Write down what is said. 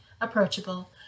approachable